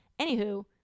anywho